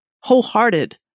wholehearted